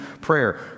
Prayer